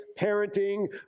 parenting